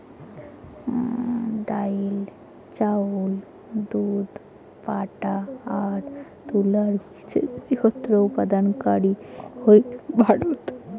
ডাইল, চাউল, দুধ, পাটা আর তুলাত বিশ্বের বৃহত্তম উৎপাদনকারী হইল ভারত